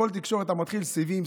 בכל תקשורת אתה מתחיל סיבים,